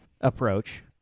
approach